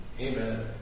Amen